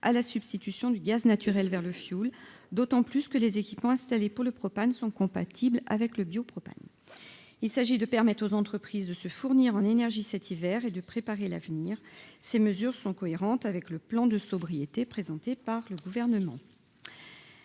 à la substitution du gaz naturel Vert le fioul, d'autant plus que les équipements installés pour le propane sont compatibles avec le bio propane, il s'agit de permettre aux entreprises de se fournir en énergie cet hiver et de préparer l'avenir, ces mesures sont cohérentes avec le plan de sobriété, présenté par le gouvernement,